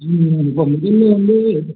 இப்போ முதலில் வந்து